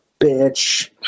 bitch